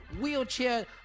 Wheelchair